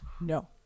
No